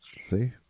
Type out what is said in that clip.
See